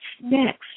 next